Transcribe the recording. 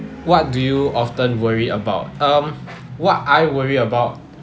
what do you often worry about um what I worry about